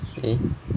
eh